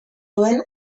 duen